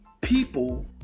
people